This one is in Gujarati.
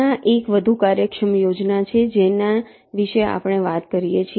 ત્યાં એક વધુ કાર્યક્ષમ યોજના છે જેના વિશે આપણે વાત કરી શકીએ છીએ